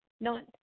None